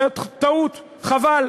זאת טעות, חבל.